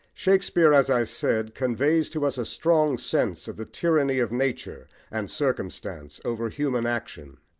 shakespeare, as i said, conveys to us a strong sense of the tyranny of nature and circumstance over human action.